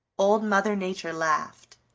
old mother nature laughed.